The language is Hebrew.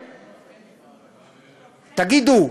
תגידו,